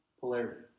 Polarity